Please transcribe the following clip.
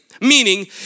Meaning